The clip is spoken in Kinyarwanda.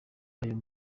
ayo